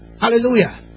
Hallelujah